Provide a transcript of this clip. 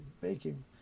baking